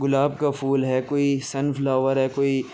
گلاب کا پھول ہے کوئی سن فلاور ہے کوئی